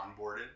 onboarded